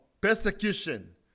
persecution